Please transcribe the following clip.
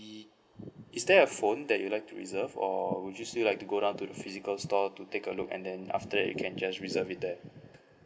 is there a phone that you'd like to reserve or would you still like to go down to the physical store to take a look and then after that you can just reserve it there